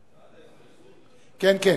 גם הסכים.